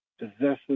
possesses